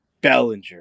Bellinger